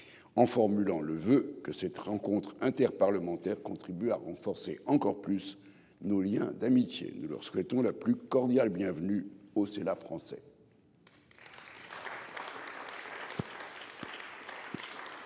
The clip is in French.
en formulant le voeu que cette rencontre interparlementaire contribue à renforcer encore nos liens d'amitié. Nous leur souhaitons la plus cordiale bienvenue au Sénat français.